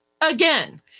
again